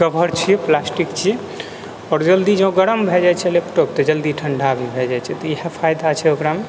cover छियै plastic छियै आओर जल्दी जँ गरम भए जाइ छै लैपटॉप तऽ जल्दी ठण्डा भी भए जाइ छै तऽ इएह फायदा छै ओकरामे